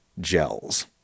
gels